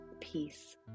peace